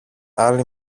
άλλη